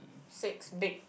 six bake